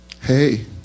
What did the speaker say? Hey